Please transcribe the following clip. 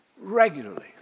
regularly